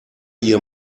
ihr